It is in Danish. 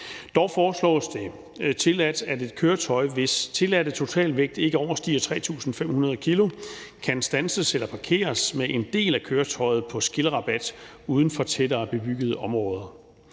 Dog foreslås det tilladt, at et køretøj, hvis tilladte totalvægt ikke overstiger 3.500 kg, kan standses eller parkeres med en del af køretøjet på skillerabat uden for tættere bebyggede områder.